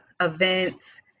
events